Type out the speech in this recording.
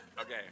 Okay